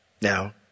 Now